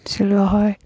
চিলোৱা হয়